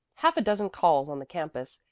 half a dozen calls on the campus,